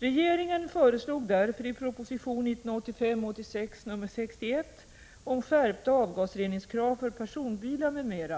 Regeringen föreslog därför i proposition 1985/86:61 om skärpta avgasreningskrav för personbilar, m.m.